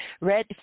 Red